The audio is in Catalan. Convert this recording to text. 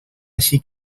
així